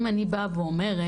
אם אני באה ואומרת